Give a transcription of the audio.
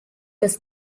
was